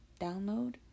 download